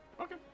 Okay